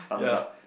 thumbs up